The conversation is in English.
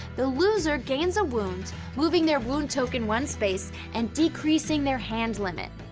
the loser gains a wound, moving their wound token one space and decreasing their hand limit.